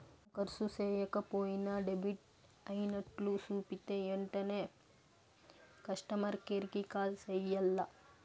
మనం కర్సు సేయక పోయినా డెబిట్ అయినట్లు సూపితే ఎంటనే కస్టమర్ కేర్ కి కాల్ సెయ్యాల్ల